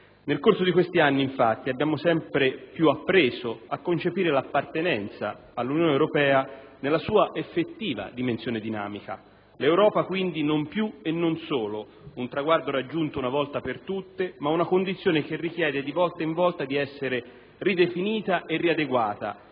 Nel corso di questi anni, infatti, abbiamo sempre più appreso a concepire l'appartenenza all'Unione europea nella sua effettiva dimensione dinamica. L'Europa, quindi, non più e non solo un traguardo raggiunto una volta per tutte, ma una condizione che richiede di volta in volta di essere ridefinita e riadeguata